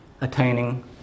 attaining